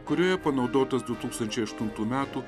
kurioje panaudotas du tūkstančiai aštuntų metų